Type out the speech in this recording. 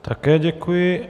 Také děkuji.